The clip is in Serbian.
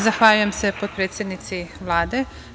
Zahvaljujem se potpredsednici Vlade.